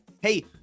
Hey